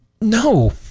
No